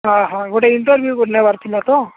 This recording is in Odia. ହଁ ହଁ ଗୋଟେ ଇଣ୍ଟରଭ୍ୟୁ ନେବାର ଥିଲା ତ